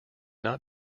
not